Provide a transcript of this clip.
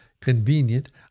convenient